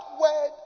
word